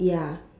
ya